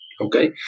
okay